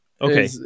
Okay